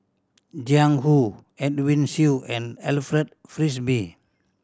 Jiang Hu Edwin Siew and Alfred Frisby